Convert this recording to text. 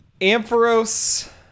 Ampharos